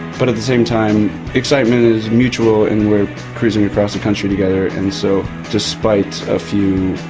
but at the same time excitement is mutual, and we're cruising across the country together, and so despite a few,